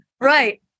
Right